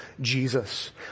Jesus